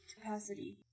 capacity